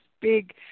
big –